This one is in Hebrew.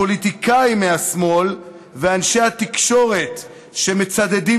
הפוליטיקאים מהשמאל ואנשי התקשורת שמצדדים